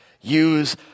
use